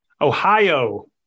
Ohio